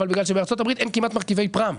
אבל בגלל שבארצות הברית אין כמעט מרכיבי פריים.